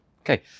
Okay